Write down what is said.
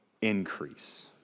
increase